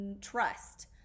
trust